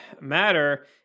matter